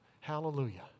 Hallelujah